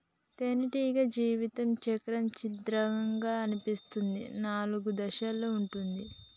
తేనెటీగ జీవిత చక్రం చిత్రంగా అనిపిస్తుంది నాలుగు దశలలో ఉంటుంది